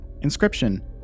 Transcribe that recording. Inscription